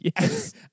Yes